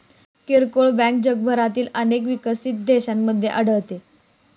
किरकोळ बँक जगभरातील अनेक विकसित देशांमध्ये आढळते